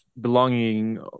belonging